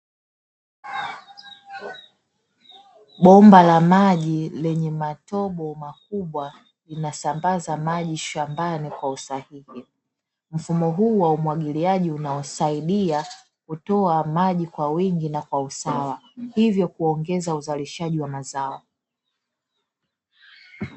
Bomba la maji lenye matundu makubwa, linasambaza maji shambani kwa usahihi mfumo huu wa umwagiliaji unasaidia kutoa maji kwa wingi na kwa usawa, hivyo kuongeza uzalishaji wa mazao.